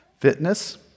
Fitness